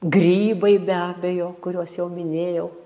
grybai be abejo kuriuos jau minėjau